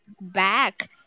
back